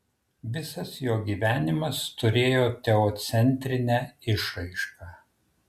visas jo gyvenimas turėjo teocentrinę išraišką